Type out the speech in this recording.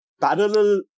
parallel